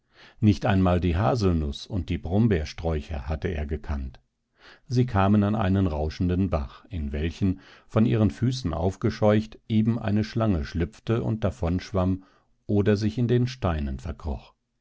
nicht einmal die haselnuß und die brombeersträucher hatte er gekannt sie kamen an einen rauschenden bach in welchen von ihren füßen aufgescheucht eben eine schlange schlüpfte und davonschwamm oder sich in den steinen verkroch